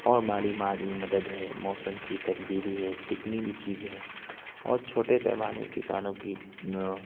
اور مالی مالی مدد ہے موسم کی تبدیلی ہے جتنی بھی چیزیں ہیں اور چھوٹے پیمانے کسانوں کی